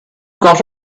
got